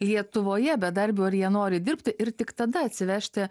lietuvoje bedarbių ar jie nori dirbti ir tik tada atsivežti